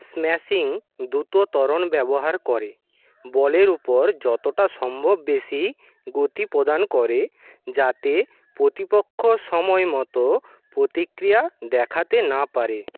smashing দ্রুত ত্বরণ ব্যবহার করে বলের উপর যতটা সম্ভব বেশি গতি প্রদান করে যাতে প্রতিপক্ষ সময়মতো প্রতিক্রিয়া দেখাতে না পারে